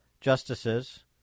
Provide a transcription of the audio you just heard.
justices